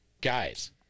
guys